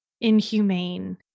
inhumane